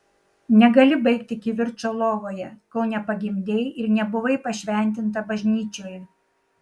negali baigti kivirčo lovoje kol nepagimdei ir nebuvai pašventinta bažnyčioje